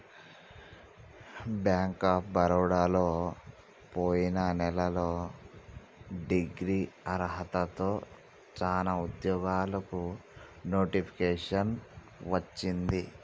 bank of బరోడలో పొయిన నెలలో డిగ్రీ అర్హతతో చానా ఉద్యోగాలకు నోటిఫికేషన్ వచ్చింది